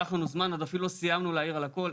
לקח לנו זמן, אפילו לא סיימנו להעיר על הכל.